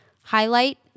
highlight